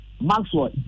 Maxwell